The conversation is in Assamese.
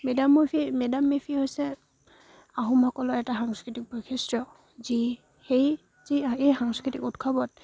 মে'ডাম ম' ফি মে'ডাম মে' ফি হৈছে আহোমসকলৰ এটা সাংস্কৃতিক বৈশিষ্ট্য যি সেই যি এই সাংস্কৃতিক উৎসৱত